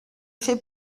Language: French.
fait